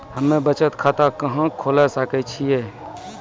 हम्मे बचत खाता कहां खोले सकै छियै?